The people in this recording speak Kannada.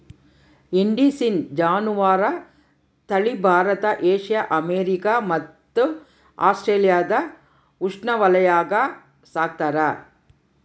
ಇಂಡಿಸಿನ್ ಜಾನುವಾರು ತಳಿ ಭಾರತ ಏಷ್ಯಾ ಅಮೇರಿಕಾ ಮತ್ತು ಆಸ್ಟ್ರೇಲಿಯಾದ ಉಷ್ಣವಲಯಾಗ ಸಾಕ್ತಾರ